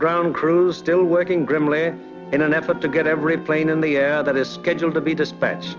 ground crew still working grimly in an effort to get every plane in the air that is scheduled to be dispatch